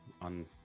on